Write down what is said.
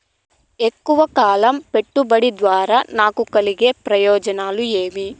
ఎక్కువగా కాలం పెట్టుబడి ద్వారా నాకు కలిగే ప్రయోజనం ఏమి?